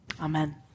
Amen